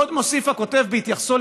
עוד מוסיף הכותב, בהתייחסו